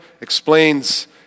explains